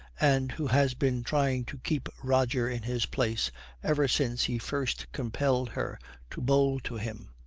and who has been trying to keep roger in his place ever since he first compelled her to bowl to him.